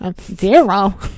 zero